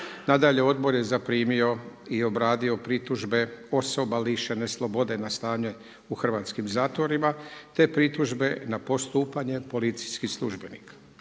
Nadalje, Odbor je zaprimio i obradio pritužbe osoba lišene slobode na stanje u hrvatskim zatvorima te pritužbe na postupanje policijskih službenika.